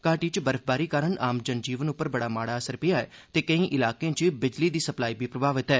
घाटी च बर्फबारी कारण आम जनजीवन उप्पर बड़ा माड़ा असर पेआ ऐ ते केई इलाकें च बिजली दी सप्लाई बी प्रभावित ऐ